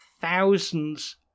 thousands